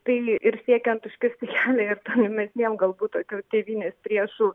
tai ir siekiant užkirsti kelią ir tolimesniems galbūt tokių tėvynės priešų